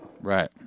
Right